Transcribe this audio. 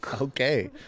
okay